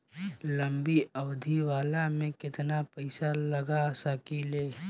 लंबी अवधि वाला में केतना पइसा लगा सकिले?